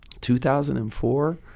2004